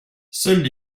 seules